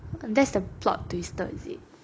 that's the plot twister is it